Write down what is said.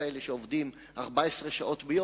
נשאר המים.